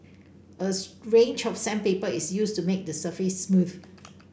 range of sandpaper is used to make the surface smooth